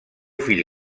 fill